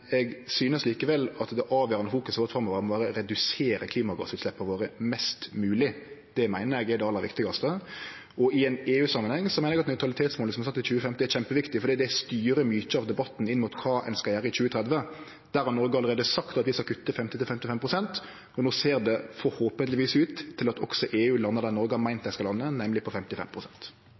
eg synest likevel at det avgjerande fokuset vårt framover må vere å redusere klimagassutsleppa våre mest mogleg. Det meiner eg er det alle viktigaste. I EU-samanheng meiner eg at nøytralitetsmålet som er sett til 2050, er kjempeviktig, for det styrer mykje av debatten inn mot kva ein skal gjere i 2030. Der har Noreg allereie sagt at vi skal kutte 50–55 pst. No ser det forhåpentlegvis ut til at også EU landar der Noreg har meint at dei skal lande, nemleg på